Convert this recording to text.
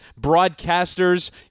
broadcasters